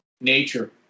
Nature